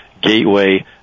gateway